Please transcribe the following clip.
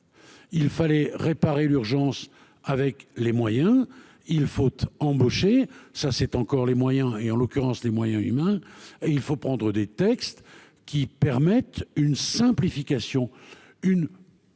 Il fallait réparer d'urgence avec les moyens Il Faut embauchée, ça c'est encore les moyens et en l'occurrence les moyens humains et il faut prendre des textes qui permettent une simplification une